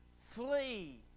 flee